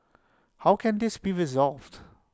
how can this be resolved